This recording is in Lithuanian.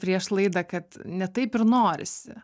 prieš laidą kad ne taip ir norisi